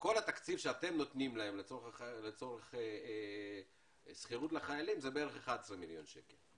כל התקציב שאתם נותנים להם לצורך שכירות לחיילים זה בערך 11 מיליון שקל.